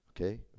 okay